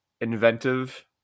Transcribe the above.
inventive